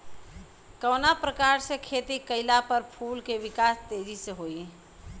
कवना प्रकार से खेती कइला पर फूल के विकास तेजी से होयी?